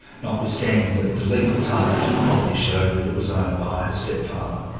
notwithstanding that the legal title to the property showed that it was owned by her stepfather.